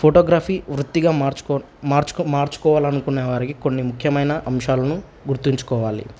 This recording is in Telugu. ఫోటోగ్రఫీ వృత్తిగా మార్చుకో మార్చుకో మార్చుకోవాలనుకునే వారికి కొన్ని ముఖ్యమైన అంశాలను గుర్తుంచుకోవాలి